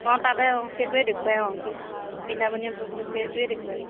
অঁ তাতে অঁ সেইটোৱে দেখোৱায় অঁ বৃন্দাবনীয় সেইটোৱে দেখুৱায়